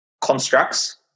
constructs